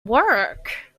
work